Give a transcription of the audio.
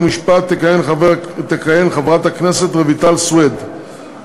חוק ומשפט תכהן חברת הכנסת רויטל סויד,